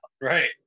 Right